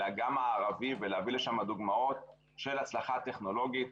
אלא גם הערבי ולהביא לשם דוגמאות של הצלחה טכנולוגית.